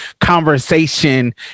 conversation